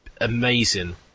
amazing